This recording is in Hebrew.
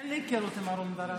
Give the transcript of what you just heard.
אין לי היכרות עם אהרן ברק.